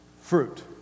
Fruit